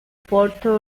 puerto